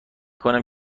کنم